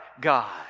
God